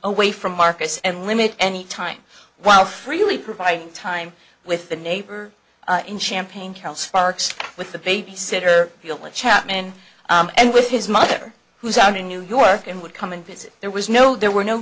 away from marcus and limit any time while freely providing time with the neighbor in champaign count sparks with the baby sitter sheila chapman and with his mother who's out in new york and would come and visit there was no there were no